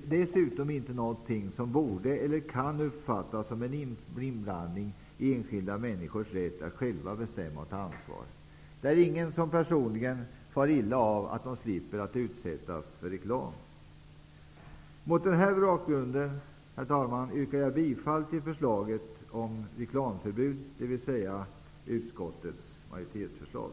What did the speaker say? är dessutom inte något som kan eller borde uppfattas som en inblandning i enskilda människors rätt att själva bestämma och ta ansvar. Det är ingen som personligen far illa av att slippa att usättas för reklam. Herr talman! Mot den här bakgrunden yrkar jag bifall till förslaget om reklamförbud, dvs. utskottets majoritetsförslag.